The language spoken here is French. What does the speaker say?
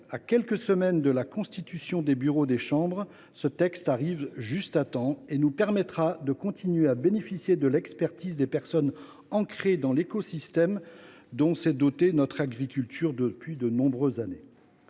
À quelques semaines de la constitution des bureaux des chambres d’agriculture, ce texte arrive juste à temps et nous permettra de continuer à bénéficier de l’expertise de personnes ancrées dans l’écosystème dont s’est dotée notre agriculture depuis de nombreuses années.